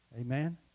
Amen